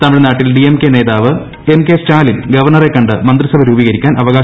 തമിഴ്നാട്ടിൽ ഡി എം കെ നേതാവ് എം കെ സ്റ്റാലിൻ ഗവർണറെക്കണ്ട് മന്ത്രിസഭ രൂപീകരിക്കാൻ അവകാശവാദമുന്നയിച്ചു